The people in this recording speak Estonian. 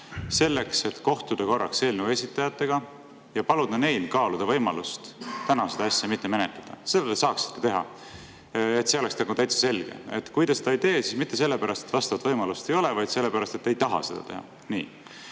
selleks et kohtuda korraks eelnõu esitajatega ja paluda neil kaaluda võimalust täna seda asja mitte menetleda. Seda te saaksite teha. See on täiesti selge. Kui te seda ei tee, siis mitte sellepärast, et võimalust ei ole, vaid sellepärast, et te ei taha seda teha. Nii.